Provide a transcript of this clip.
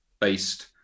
based